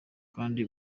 kandi